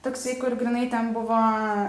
toksai kur grynai ten buvo